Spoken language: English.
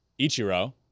Ichiro